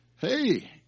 hey